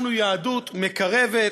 אנחנו יהדות מקרבת,